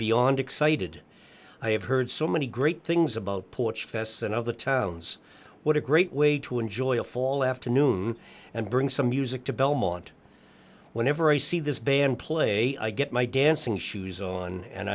beyond excited i have heard so many great things about porch fests and other towns what a great way to enjoy a fall afternoon and bring some music to belmont whenever i see this band play i get my dancing shoes on and